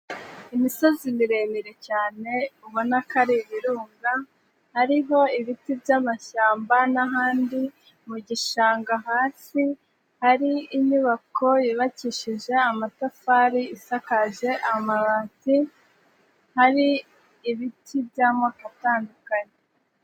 Imisozi miremire cyane, ubona ko ari ibirunga, hari ibiti by'amashyamba n'ahandi mu gishanga hasi, hari inyubako yubakishije amatafari isakaje amabati, hari ibiti by'amoko atandukanye.